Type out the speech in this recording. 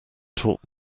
taught